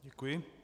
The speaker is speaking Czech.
Děkuji.